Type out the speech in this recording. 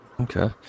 Okay